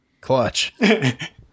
Clutch